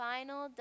Final